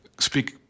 speak